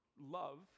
love